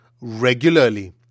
regularly